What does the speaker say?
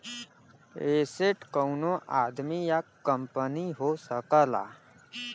asset कउनो आदमी या कंपनी हो सकला